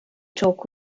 talk